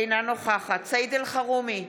אינה נוכחת סעיד אלחרומי,